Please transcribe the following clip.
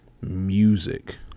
music